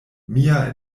mia